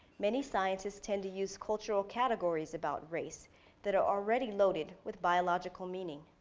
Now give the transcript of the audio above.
many scientists tend to use cultural categories about race that are already loaded with biological meaning.